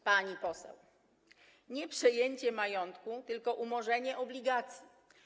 Pani poseł, nie przejęcie majątku, tylko umorzenie obligacji.